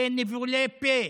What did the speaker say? וניבולי פה: